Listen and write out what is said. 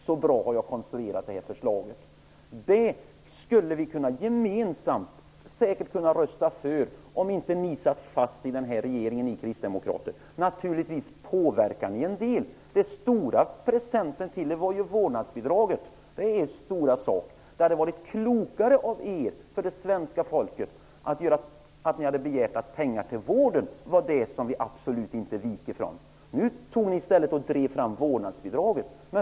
Så bra har jag konstruerat detta förslag. Det skulle vi säkert gemensamt kunna rösta för om inte kristdemokraterna satt fast i den här regeringen. Naturligtvis påverkar ni en del. Den stora presenten till er var ju vårdnadsbidraget. Det är er stora sak. Det hade varit bättre för det svenska folket om ni hade sagt att ni absolut inte skulle vika från kravet på mer pengar till vården. Nu drev ni i stället fram vårdnadsbidraget.